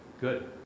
Good